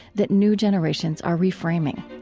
that new generations are reframing.